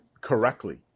correctly